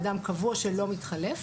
אדם קבוע שלא מתחלף.